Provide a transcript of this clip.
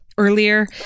earlier